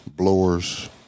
blowers